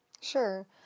Sure